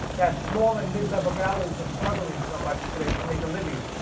that small and mid level galleries are struggling so much today to make a living.